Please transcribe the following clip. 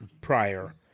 prior